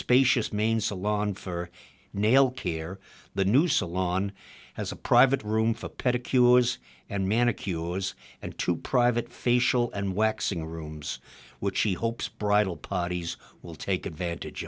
spacious main salon for nail care the new salon has a private room for a pedicure and manic euros and two private facial and waxing rooms which she hopes bridal parties will take advantage